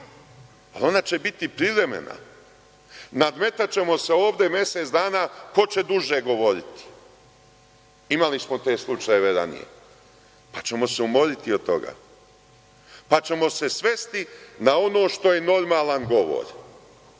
ali ona će biti privremena. Nadmetaćemo se ovde mesec dana ko će duže govoriti, imali smo te slučajeve ranije, pa ćemo se umoriti od toga, pa ćemo se svesti na ono što je normalan govor.